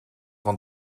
van